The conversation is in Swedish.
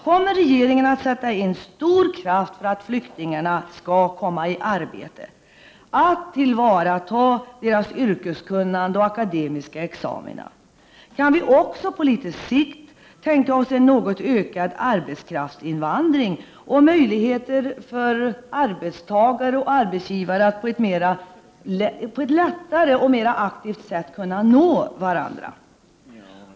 Kommer regeringen att sätta in stor kraft för att flyktingarna skall komma i arbete och för att man skall tillvarata deras yrkeskunnande och akademiska examina? Kan vi också på litet sikt tänka oss en något ökad arbetskraftsinvandring och möjligheter för arbetstagare och arbetsgivare att på ett lättare och mera aktivt sätt kunna nå varandra?